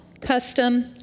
custom